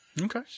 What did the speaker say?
Okay